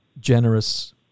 generous